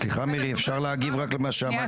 סליחה, מירי, אפשר להגיב רק על מה שאמרת כרגע?